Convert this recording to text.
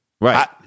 Right